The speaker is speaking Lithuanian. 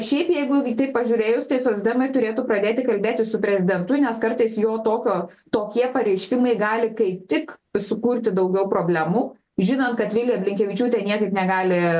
šiaip jeigu taip pažiūrėjus tai socdemai turėtų pradėti kalbėtis su prezidentu nes kartais jo tokio tokie pareiškimai gali kaip tik sukurti daugiau problemų žinant kad vilija blinkevičiūtė niekaip negali